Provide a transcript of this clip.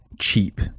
cheap